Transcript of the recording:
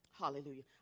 Hallelujah